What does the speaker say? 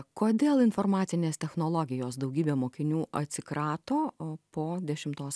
kodėl informacinės technologijos daugybė mokinių atsikrato po dešimtos